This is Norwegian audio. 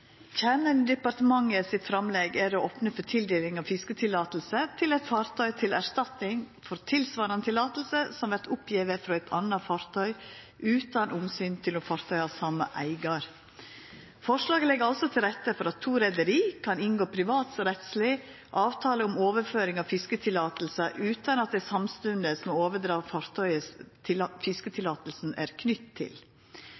Kjernen i departementet sitt framlegg er å opna for tildeling av fiskeløyve til eit fartøy til erstatning for tilsvarande løyve som vert oppgjeve for eit anna fartøy, utan omsyn til om fartøyet har same eigar. Forslaget legg altså til rette for at to reiarlag kan inngå privatrettsleg avtale om overføring av fiskeløyve, utan at dei samstundes må overdra fartøyet som fiskeløyvet er knytt til. Føresetnaden om at det